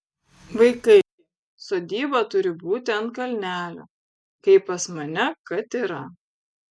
vaikai sodyba turi būti ant kalnelio kaip pas mane kad yra